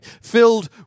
filled